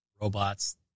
robots